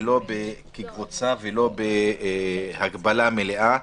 ולא כקבוצה ולא בהגבלה מלאה.